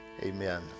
Amen